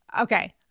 okay